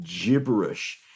gibberish